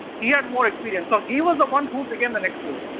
he had more experience, ah he was the one who became the next ruler.